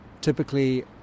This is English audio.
typically